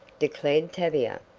declared tavia.